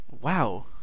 Wow